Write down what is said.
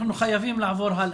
אנחנו חייבים להמשיך.